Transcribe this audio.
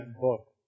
book